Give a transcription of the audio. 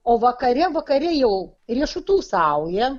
o vakare vakare jau riešutų sauja